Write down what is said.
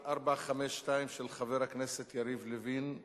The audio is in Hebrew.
452, של חבר הכנסת יריב לוין: